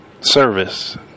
service